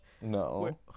no